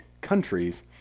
countries